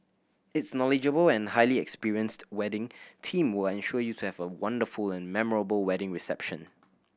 its knowledgeable and highly experienced wedding team will ensure you to have a wonderful and memorable wedding reception